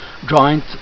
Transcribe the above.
joint